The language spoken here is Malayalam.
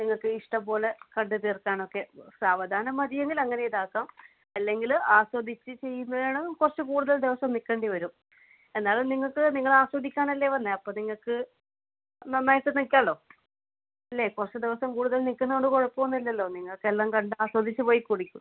നിങ്ങക്കിഷ്ടം പോലെ കണ്ട് തീർക്കാനൊക്കെ സാവധാനം മതിയെങ്കിൽ അങ്ങനെ ഇതാക്കാം അല്ലെങ്കിൽ ആസ്വദിച്ച് ചെയ്യുന്നതാണേൽ കുറച്ച് കൂടുതൽ ദിവസം നിൽക്കേണ്ടി വരും എന്നാലും നിങ്ങൾക്ക് നിങ്ങളാസ്വദിക്കാനല്ലേ വന്നത് അപ്പോൾ നിങ്ങൾക്ക് നന്നായിട്ട് നിൽക്കാമല്ലോ അല്ലെങ്കിൽ കുറച്ച് ദിവസം കൂടുതൽ നിൽക്കുന്ന കൊണ്ട് കുഴപ്പമൊന്നും ഇല്ലല്ലോ നിങ്ങൾക്കെല്ലാം കണ്ട് ആസ്വദിച്ച് പോയി കൂടി